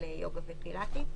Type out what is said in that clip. מטורפת.